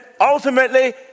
ultimately